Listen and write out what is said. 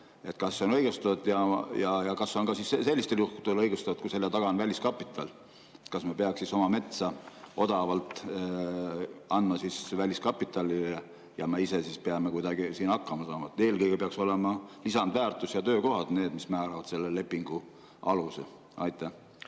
see on õigustatud? Ja kas on ka sellistel juhtudel õigustatud, kui selle taga on väliskapital? Kas me peaksime oma metsa odavalt andma väliskapitalile ja me ise peaksime kuidagi hakkama saama? Eelkõige peaksid olema lisandväärtus ja töökohad need, mis määravad selle lepingu aluse. Aitäh,